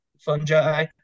fungi